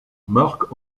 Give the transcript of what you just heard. marc